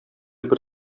бер